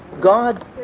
God